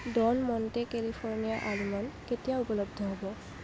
Don Monte California almond কেতিয়া উপলব্ধ হ'ব